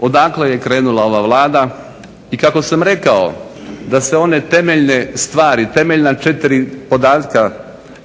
odakle je krenula ova Vlada. I kako sam rekao da se one temeljne stvari, temeljna četiri podatka